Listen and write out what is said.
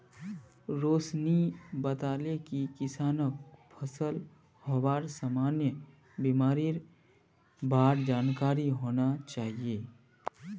रोशिनी बताले कि किसानक फलत हबार सामान्य बीमारिर बार जानकारी होना चाहिए